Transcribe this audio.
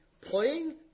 playing